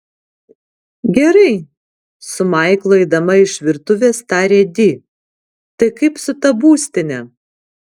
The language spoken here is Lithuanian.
gerai su maiklu eidama iš virtuvės tarė di tai kaip su ta būstine